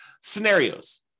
scenarios